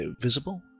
visible